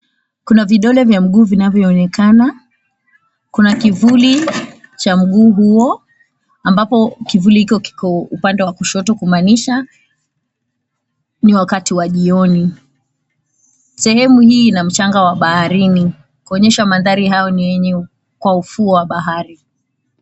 Kuna vidole vya mguu vinavyoonekana, kuna kivuli cha mguu huo ambako kivuli huko Kiko upande wa kushoto kumaanisha ni wakati wa jioni. Sehemu hii ina mchanga wa baharini kuonyesha maandhari hayo ni kwenye ufuo wa bahari.